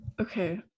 okay